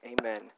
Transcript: Amen